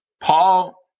Paul